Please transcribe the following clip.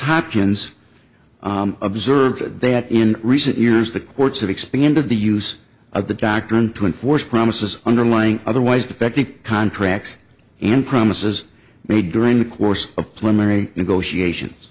hopkins observed that in recent years the courts have expanded the use of the doctrine to enforce promises underlying otherwise defective contracts and promises made during the course of twenty negotiations